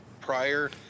prior